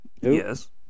yes